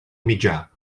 mitjà